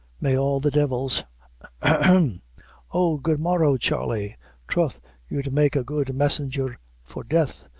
may all the devils hem oh, good morrow, charley troth you'd make a good messenger for death.